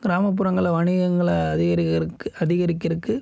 கிராமப்புறங்கள்ல வணிகங்களை அதிகரிக்கிறதுக்கு அதிகரிக்கிறதுக்கு